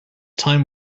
time